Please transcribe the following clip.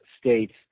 states